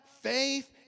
faith